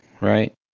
right